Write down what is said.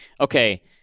Okay